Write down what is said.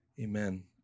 Amen